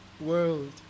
world